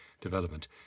development